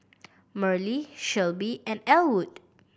Merle Shelbie and Ellwood